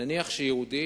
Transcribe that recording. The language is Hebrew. נניח שיהודי